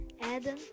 Adam